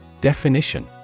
Definition